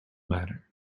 manner